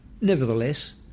Nevertheless